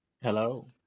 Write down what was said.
Hello